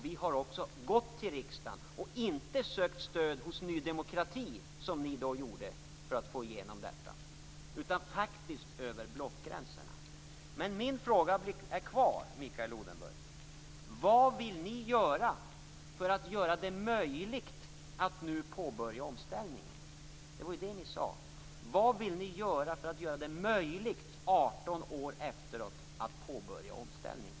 Vi har också gått till riksdagen och fått stöd över blockgränserna och inte hos Ny demokrati, som ni gjorde. Min fråga kvarstår, Mikael Odenberg: Vad vill ni göra för att göra det möjligt att nu påbörja omställningen? Det var ju det ni sade. Vad vill ni göra för att 18 år efteråt göra det möjligt att påbörja omställningen?